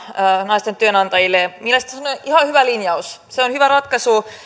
naisten työnantajille mielestäni se on ihan hyvä linjaus se on hyvä ratkaisu